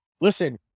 Listen